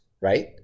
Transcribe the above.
right